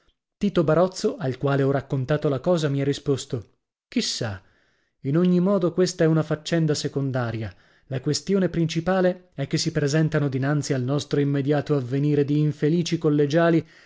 tito barozzo al quale ho raccontato la cosa mi ha risposto chi sa in ogni modo questa è una faccenda secondaria la questione principale è che si presentano dinanzi al nostro immediato avvenire di infelici collegiali